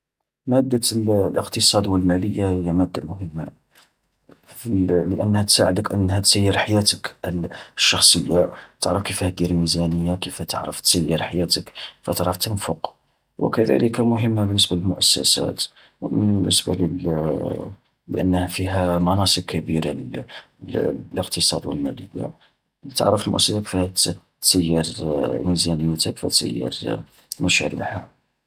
مادة الاقتصاد والمالية هي مادة مهمة، في لأنها تساعدك أنها تسير حياتك الشخصية، تعرف كيفاه دير ميزانية، كيفاه تعرف تسير حياتك، كيفاه تعرف تنفق. وكذلك مهمة بالنسبة للمؤسسات، يستفادو لأنها فيها مناصب كبيرة للاقتصاد والمالية و تعرف المؤسسات كيفاه تسير ميزانيتها كيفاه تسير مشاريعها.